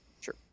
Sure